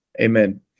amen